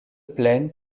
plaine